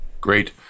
great